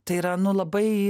tai yra nu labai